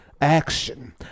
action